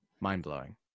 Mind-blowing